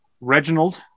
Reginald